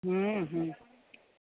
हूँ हूँ